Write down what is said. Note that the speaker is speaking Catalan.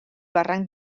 barranc